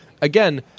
Again